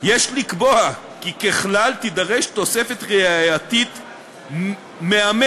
יש לקבוע כי ככלל תידרש תוספת ראייתית מאמתת,